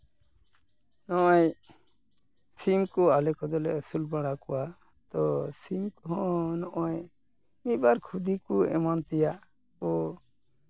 ᱱᱚᱜᱼᱚᱭ ᱥᱤᱢ ᱠᱚ ᱟᱞᱮ ᱠᱚᱫᱚᱞᱮ ᱟᱹᱥᱩᱞ ᱵᱟᱲᱟ ᱠᱚᱣᱟ ᱛᱚ ᱥᱤᱢ ᱠᱚᱦᱚᱸ ᱱᱚᱜᱼᱚᱭ ᱢᱤᱫᱼᱵᱟᱨ ᱠᱷᱩᱫᱤ ᱠᱚ ᱮᱢᱟᱱ ᱛᱮᱭᱟᱜ ᱠᱚ